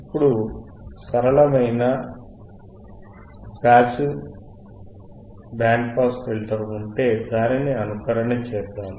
ఇప్పుడు సరళమైన నిష్క్రియాత్మక బ్యాండ్ పాస్ ఫిల్టర్ ఉంటే దానిని అనుకరణ చేద్దాం